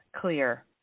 Clear